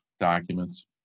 documents